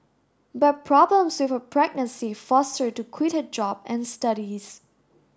but problems with her pregnancy forced her to quit her job and studies